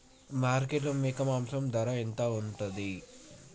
మార్కెట్లో మేక మాంసం ధర ఎంత ఉంటది?